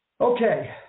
okay